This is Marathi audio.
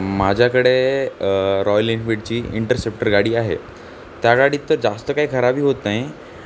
माझ्याकडे रॉयल एन्फिल्डची इंटरसेप्टर गाडी आहे त्या गाडीत तर जास्त काही खराबी होत नाही